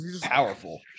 powerful